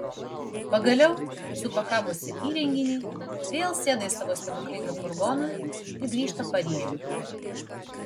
pagaliau supakavusi įrenginį vėl sėda į savo stebuklingą furgoną ir grįžta paryžiun